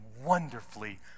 wonderfully